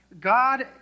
God